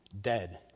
dead